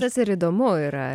tas ir įdomu yra